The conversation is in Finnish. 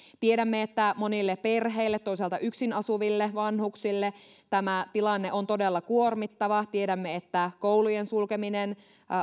tiedämme että monille perheille ja toisaalta yksin asuville vanhuksille tämä tilanne on todella kuormittava tiedämme että koulujen sulkeminen